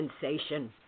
sensation